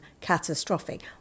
catastrophic